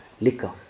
liquor